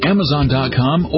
Amazon.com